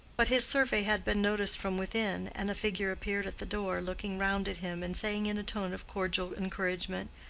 but his survey had been noticed from within, and a figure appeared at the door, looking round at him and saying in a tone of cordial encouragement,